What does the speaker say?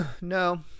no